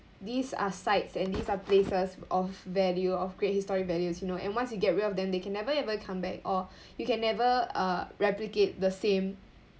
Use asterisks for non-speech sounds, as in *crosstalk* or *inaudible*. these are sites and these are places of value of great historic values you know and once you get rid of them they can never ever come back or *breath* you can never uh replicate the same